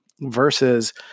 Versus